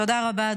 תודה רבה.